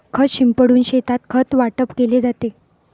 खत शिंपडून शेतात खत वाटप केले जाते